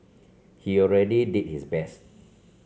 he already did his best